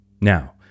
Now